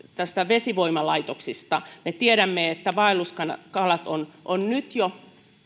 näistä vesivoimalaitoksista me tiedämme että vaelluskalat ovat nyt jo